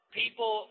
people